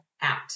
out